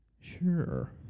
Sure